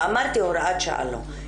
ואמרתי: הוראת שעה לא.